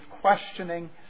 questioning